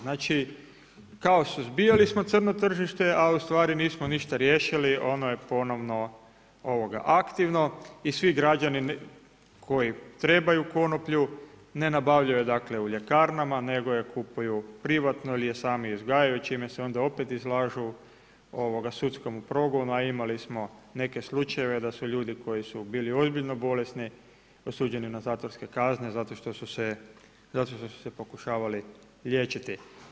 Znači, kao suzbijali smo crno tržište a u stvari nismo ništa riješili, ono je ponovno aktivno i svi građani koji trebaju konoplju ne nabavljaju je dakle u ljekarnama, nego je kupuju privatno ili je sami uzgajaju i čime se onda opet izlažu sudskom progonu, a imali smo neke slučajeve da su ljudi koji su bili ozbiljno bolesni osuđeni na zatvorske kazne zato što su se pokušavali liječiti.